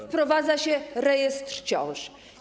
Wprowadza się rejestr ciąż.